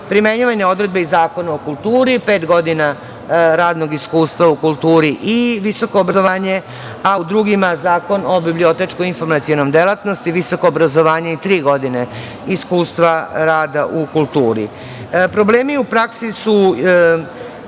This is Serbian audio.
primenjivane odredbe iz Zakona o kulturi, pet godina radnog iskustva u kulturi i visokom obrazovanju, a u drugima Zakon o bibliotečko-informacionoj delatnosti, visoko obrazovanje i tri godine iskustva rada u kulturi. Problemi u praksi su